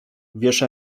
wiesz